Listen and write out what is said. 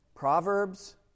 Proverbs